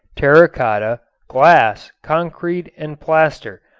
terra cotta, glass, concrete and plaster,